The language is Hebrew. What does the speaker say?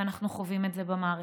ואנחנו חווים את זה במערכת.